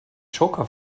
joker